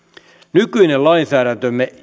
nykyinen lainsäädäntömme joka